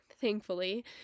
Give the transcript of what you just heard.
thankfully